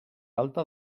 alta